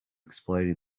explaining